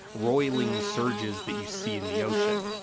roiling surges that you see in the ocean.